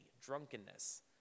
drunkenness